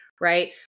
right